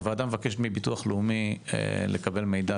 הוועדה מבקשת מביטוח לאומי לקבל מידע